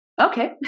Okay